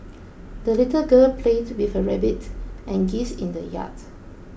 the little girl played with her rabbit and geese in the yard